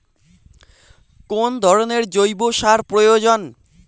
কোন ধরণের জৈব সার প্রয়োজন?